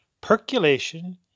percolation